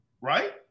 Right